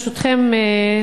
ברשותכם,